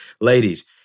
Ladies